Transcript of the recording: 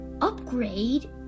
Upgrade